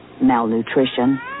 malnutrition